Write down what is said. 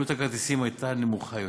עלות הכרטיסים הייתה נמוכה יותר.